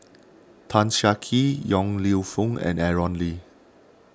Tan Siah Kwee Yong Lew Foong and Aaron Lee